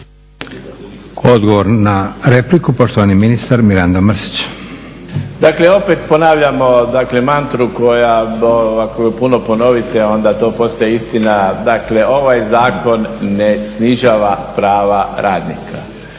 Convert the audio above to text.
Odgovor na repliku, poštovani ministar Mirando Mrsić. **Mrsić, Mirando (SDP)** Dakle, opet ponavljamo dakle mantru koju puno ponovite onda to postaje istina. Dakle, ovaj Zakon ne snižava prava radnika.